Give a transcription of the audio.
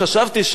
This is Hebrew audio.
אורית נשיאל,